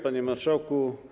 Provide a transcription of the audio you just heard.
Panie Marszałku!